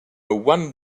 one